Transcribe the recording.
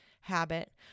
habit